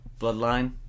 bloodline